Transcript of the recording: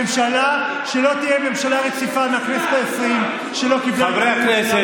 ממשלה שלא תהיה ממשלה רציפה מהכנסת העשרים ולא קיבלה את האמון שלנו,